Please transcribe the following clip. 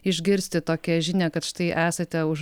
išgirsti tokią žinią kad štai esate už